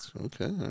okay